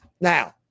Now